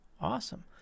awesome